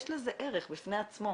יש לזה ערך בפני עצמו.